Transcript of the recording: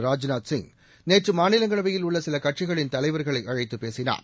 ராஜ்நாத் சிங் நேற்று மாநிலங்களவையில் உள்ள சில கட்சிகளின் தலைவர்களை அழைத்துப் பேசினார்